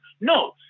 No